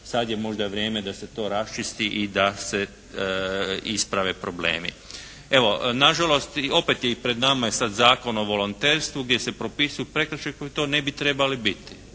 sad je možda vrijeme da se to raščisti i da se isprave problemi. Evo nažalost, i opet je pred nama i sad Zakon o volonterstvu gdje se propisuju prekršaji koji to ne bi trebali biti.